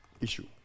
issue